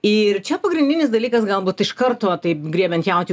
ir čia pagrindinis dalykas galbūt iš karto taip griebiant jautį